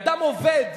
אדם עובד,